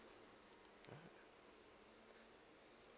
mmhmm